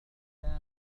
مشهور